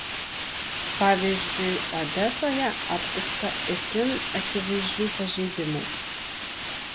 pavyzdžiui odesoje aptikta itin akivaizdžių pažeidimų